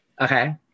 Okay